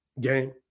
game